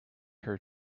her